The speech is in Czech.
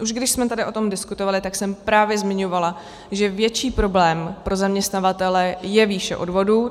Už když jsme tady o tom diskutovali, tak jsem právě zmiňovala, že větší problém pro zaměstnavatele je výše odvodů.